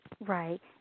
Right